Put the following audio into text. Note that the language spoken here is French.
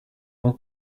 bon